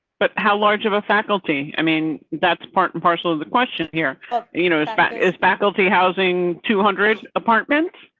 but how large of a faculty i mean, that's part and parcel of the question here you know is is faculty, housing, two hundred apartments.